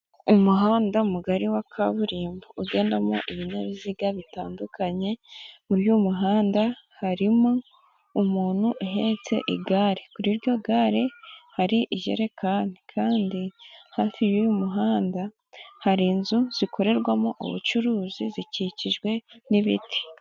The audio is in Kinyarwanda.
Umuhanda mugari wa kaburimbo uganamo ibinyabiziga bitandukanye, muri uyu muhanda harimo umuntu uhetse igare. Kuri ryo gare hari ijerekani kandi hafi y'umuhanda hari inzu zikorerwamo ubucuruzi zikikijwe n'ibiti.